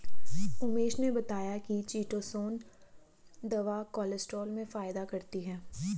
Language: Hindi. उमेश ने बताया कि चीटोसोंन दवा कोलेस्ट्रॉल में फायदा करती है